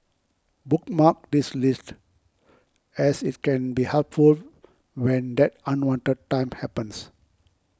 bookmark this list as its can be helpful when that unwanted time happens